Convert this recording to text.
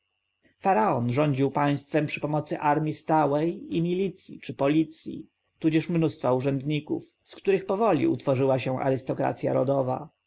faraon rządził państwem przy pomocy armji stałej i milicji czy policji tudzież mnóstwa urzędników z których powoli utworzyła się arystokracja rodowa